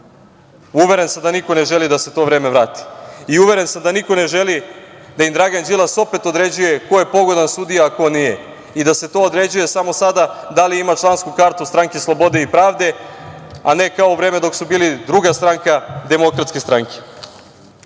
Uveren sam da niko ne želi da se to vrati i uveren sam da niko ne želi da im Dragan Đilas opet određuje ko je pogodan sudija, a ko nije i da se to određuje samo sada, da li ima člansku kartu Stranke slobode i pravde, a ne kao u vreme dok su bili druga stranka, DS.Što se tiče